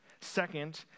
Second